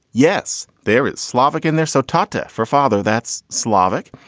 yes, there is slavic in there. so tata for father, that's slavic.